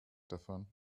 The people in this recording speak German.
davon